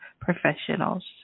professionals